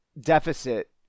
deficit